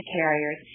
carriers